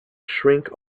shrink